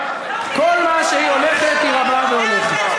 כל מה שהיא הולכת היא רבה והולכת.